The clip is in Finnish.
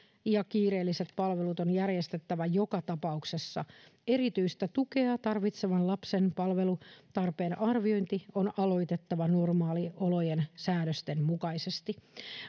ja kiireelliset palvelut on järjestettävä joka tapauksessa erityistä tukea tarvitsevan lapsen palvelutarpeen arviointi on aloitettava normaaliolojen säädösten mukaisesti